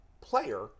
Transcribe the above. player